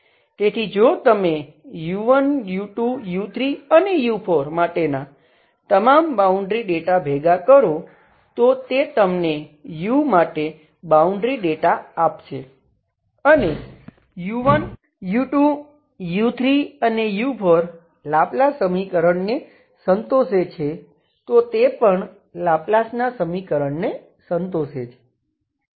તેથી જો તમે u1 u2 u3 અને u4 માટેના તમામ બાઉન્ડ્રી ડેટા ભેગા કરો તો તે તમને u માટે બાઉન્ડ્રી ડેટા આપશે અને u1 u2 u3 અને u4 લાપ્લાસ સમીકરણને સંતોષે છે તો તે પણ લાપ્લાસના સમીકરણને સંતોષે છે